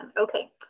okay